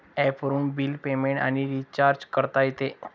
ॲपवरून bill payment आणि recharge करता येते